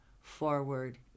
forward